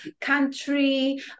country